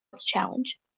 Challenge